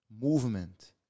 movement